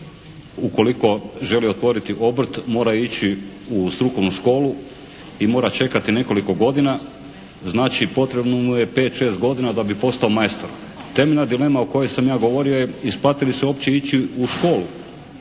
ukoliko želi otvoriti obrt mora ići u strukovnu školu i mora čekati nekoliko godina, znači potrebno mu je 5, 6 godina da bi posao majstor. Temeljna dilema o kojoj sam ja govorio je isplati li se uopće ići u školu,